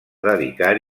dedicar